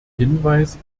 hinweis